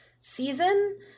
season